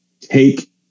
take